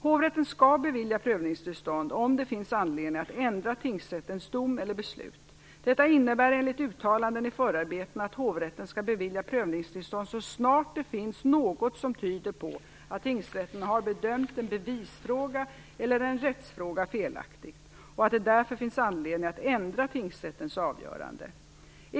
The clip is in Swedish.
Hovrätten skall bevilja prövningstillstånd om det finns anledning att ändra tingsrättens dom eller beslut. Detta innebär enligt uttalanden i förarbetena att hovrätten skall bevilja prövningstillstånd så snart det finns något som tyder på att tingsrätten har bedömt en bevisfråga eller en rättsfråga felaktigt och att det därför finns anledning att ändra tingsrättens avgörande.